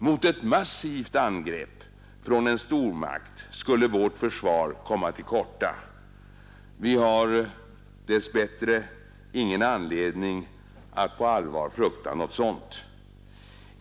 Mot ett massivt angrepp från en stormakt skulle vårt försvar komma till korta. Vi har dess bättre ingen anledning att på allvar frukta något sådant.